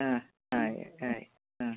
ആ ആയി ആയി ആ